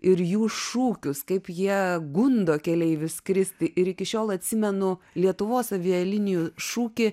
ir jų šūkius kaip jie gundo keleivius skristi ir iki šiol atsimenu lietuvos avialinijų šūkį